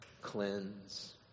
cleanse